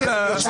הדמוקרטיה...